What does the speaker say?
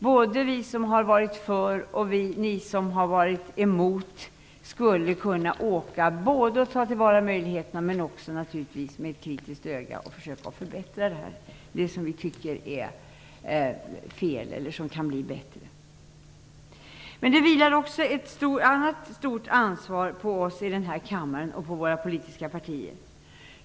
Både vi som har varit för och ni som har varit emot skulle kunna åka för att ta till vara möjligheterna och naturligtvis också för att med ett kritiskt öga försöka förbättra det vi tycker är fel och som kan bli bättre. Det vilar också ett annat stort ansvar på oss i kammaren och på våra politiska partier.